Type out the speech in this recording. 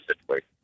situation